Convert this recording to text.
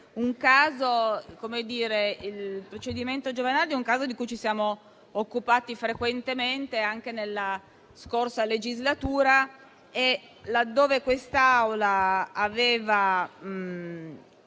il procedimento Giovanardi è un caso di cui ci siamo occupati frequentemente, anche nella passata legislatura, laddove questa Assemblea aveva